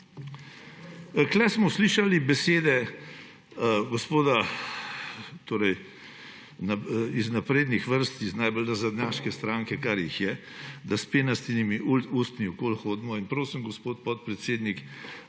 Tukaj smo slišali besede gospoda iz naprednih vrst, iz najbolj nazadnjaške stranke, kar jih je, da s penastimi usti okoli hodimo, in prosim, gospod podpredsednik,